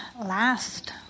last